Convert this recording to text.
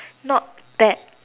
not bad